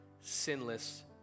sinless